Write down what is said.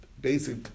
basic